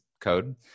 code